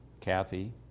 Kathy